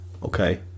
Okay